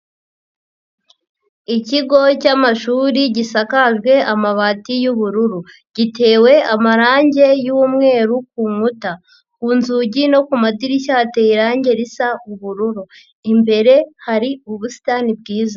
Ikigo cy'amashuri gisakajwe amabati y'ubururu, gitewe amarangi y'umweru ku nkuta, ku nzugi no ku madirishya hateye irangi risa ubururu, imbere hari ubusitani bwiza.